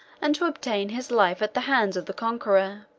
and to obtain his life at the hands of the conqueror.